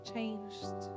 changed